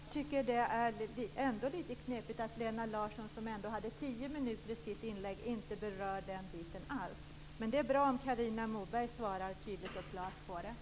Fru talman! Det skall jag gärna göra, men jag tycker ändå att det är litet knepigt att Lena Larsson, som hade tio minuter i sitt inlägg, inte alls berörde den biten. Det är ändå bra om Carina Moberg svarar tydligt och klart på frågan.